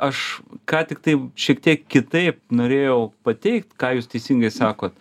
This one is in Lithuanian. aš ką tik tai šiek tiek kitaip norėjau pateikt ką jūs teisingai sakot